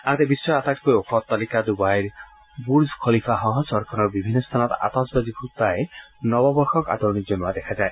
আনহাতে বিধ্বৰ আটাইতকৈ ওখ অটালিকা ডুবাইৰ বুৰ্জ খালিফাসহ চহৰখনৰ বিভিন্ন স্থানত আতচবাজী ফুটাই নৱবৰ্ষক আদৰণি জনোৱা দেখা যায়